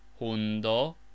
hundo